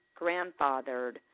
grandfathered